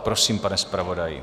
Prosím, pane zpravodaji.